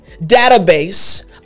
database